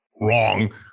wrong